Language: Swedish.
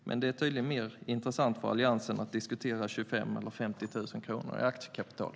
Men det är tydligen mer intressant för Alliansen att diskutera 25 000 eller 50 000 kronor i aktiekapital.